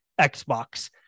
xbox